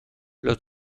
los